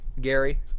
Gary